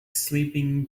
sleeping